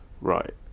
right